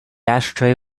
ashtray